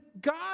God